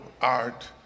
art